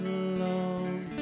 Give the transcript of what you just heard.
alone